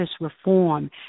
reform